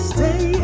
Stay